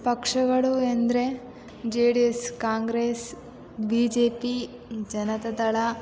ಪಕ್ಷಗಳು ಎಂದರೆ J D S Congress B J P Janata ದಳ